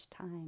time